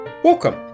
Welcome